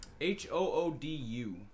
H-O-O-D-U